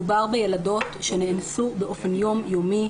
מדובר בילדות שנאנסו באופן יום יומי,